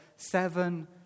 seven